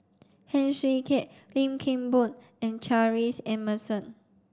Heng Swee Keat Lim Kim Boon and Charles Emmerson